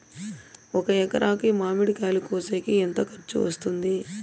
ఒక ఎకరాకి మామిడి కాయలు కోసేకి ఎంత ఖర్చు వస్తుంది?